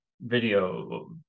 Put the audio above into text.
video